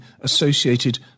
associated